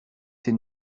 ces